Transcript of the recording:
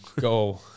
Go